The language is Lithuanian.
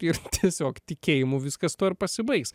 ir tiesiog tikėjimu viskas tuo ir pasibaigs